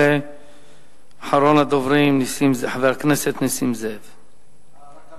אלא בעיקר זכותו של המיעוט להיות שונה אבל שווה.